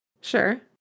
Sure